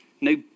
No